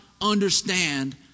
understand